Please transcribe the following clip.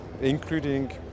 including